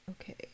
Okay